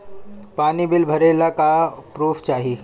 पानी बिल भरे ला का पुर्फ चाई?